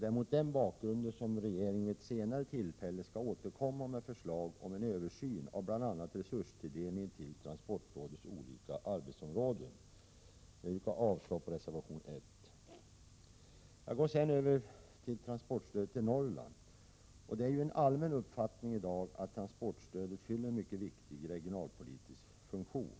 Det är mot den bakgrunden som regeringen vid ett senare tillfälle skall återkomma med förslag om en översyn av bl.a. resurstilldelningen till transportrådets olika arbetsområden. Jag yrkar avslag på reservation 1. Jag går sedan över till transportstödet till Norrland. Det är i dag en allmän uppfattning att transportstödet fyller en mycket viktig regionalpolitisk funktion.